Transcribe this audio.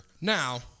Now